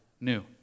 new